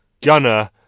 gunner